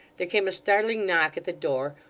there came a startling knock at the door,